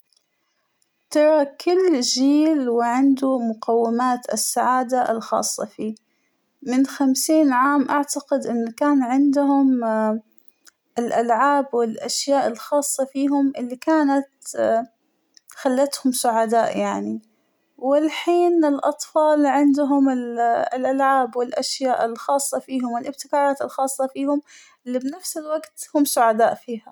ترى كل جيل وعنده مقومات السعادة الخاصة فيه ، من خمسين عام أعتقد أنه كان عنهم اا- الألعاب والأشياء الخاصة فيهم اللى كانت خلتهم سعداء يعنى ، والحين الأطفال عندهم الألعاب والأشياء الخاصة فيهم والأبتكارات الخاصة فيهم اللى بنفس الوقت هم سعداء فيها.